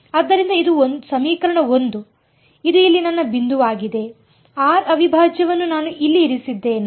ಆದ್ದರಿಂದ ಇದು ಸಮೀಕರಣ 1 ಇದು ಇಲ್ಲಿ ನನ್ನ ಬಿಂದುವಾಗಿದೆಆರ್ ಅವಿಭಾಜ್ಯವನ್ನು ನಾನು ಇಲ್ಲಿ ಇರಿಸಿದ್ದೇನೆ